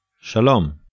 Shalom